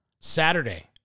Saturday